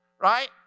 right